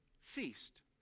Feast